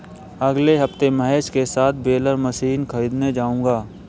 अगले हफ्ते महेश के साथ बेलर मशीन खरीदने जाऊंगा